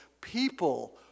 people